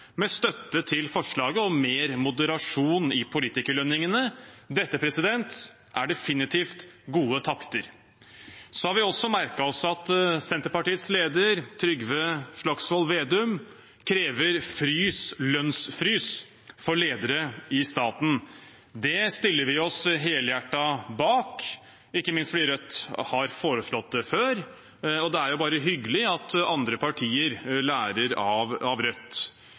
med støtte til forslaget om mer moderasjon i politikerlønningene. Dette er definitivt gode takter. Vi har også merket oss at Senterpartiets leder, Trygve Slagsvold Vedum, krever frys – lønnsfrys – for ledere i staten. Det stiller vi oss helhjertet bak, ikke minst fordi Rødt har foreslått det før, og det er bare hyggelig at andre partier lærer av Rødt.